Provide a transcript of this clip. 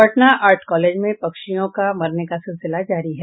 Patna art college में पक्षियों का मरने का सिलसिला जारी है